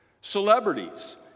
Celebrities